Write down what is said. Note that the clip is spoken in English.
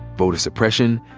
voter suppression,